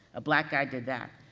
a black guy did that,